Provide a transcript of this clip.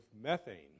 methane